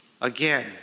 Again